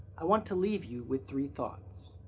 i want to leave you with three thoughts.